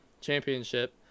championship